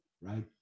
right